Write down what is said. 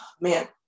Man